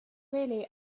really